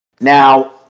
Now